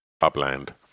Upland